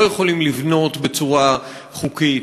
לא יכולים לבנות בצורה חוקית,